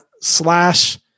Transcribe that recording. Slash